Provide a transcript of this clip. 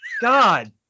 God